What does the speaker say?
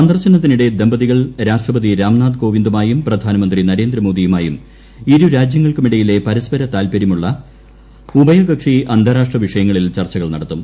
സന്ദർശ്മന്ത്തിനിടെ ദമ്പതികൾ രാഷ്ട്രപതി രാംനാഥ് കോവിന്ദുമായും പ്രധാനമന്ത്രി ന്രേന്ദ്രമോദിയുമായും ഇരു രാജ്യങ്ങൾക്കുമിടയിലെ പരസ്പര താൽപ്പര്യമുള്ള ഉഭയകക്ഷി അന്താരാഷ്ട്ര വിഷയങ്ങളിൽ ചർച്ച നടത്തും